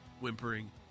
whimpering